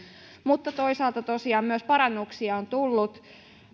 mutta toisaalta tosiaan myös parannuksia on tullut